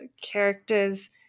characters